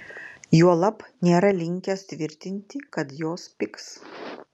juolab nėra linkęs tvirtinti kad jos pigs